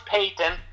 Payton